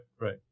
right